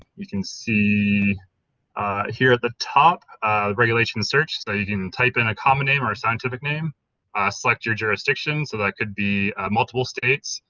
you can see here at the top the regulation search so you can type in a common name or a scientific name i select your jurisdiction so that could be multiple states,